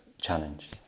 challenge